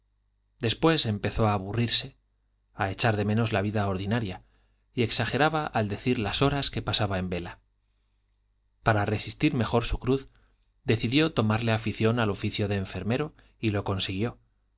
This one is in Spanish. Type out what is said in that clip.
después empezó a aburrirse a echar de menos la vida ordinaria y exageraba al decir las horas que pasaba en vela para resistir mejor su cruz decidió tomarle afición al oficio de enfermero y lo consiguió